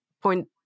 point